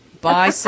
Bye